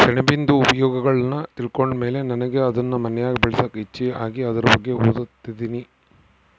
ಸೆಣಬಿಂದು ಉಪಯೋಗಗುಳ್ನ ತಿಳ್ಕಂಡ್ ಮೇಲೆ ನನಿಗೆ ಅದುನ್ ಮನ್ಯಾಗ್ ಬೆಳ್ಸಾಕ ಇಚ್ಚೆ ಆಗಿ ಅದುರ್ ಬಗ್ಗೆ ಓದ್ತದಿನಿ